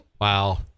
Wow